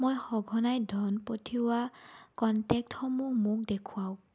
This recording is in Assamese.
মই সঘনাই ধন পঠিওৱা কণ্টেক্টসমূহ মোক দেখুৱাওক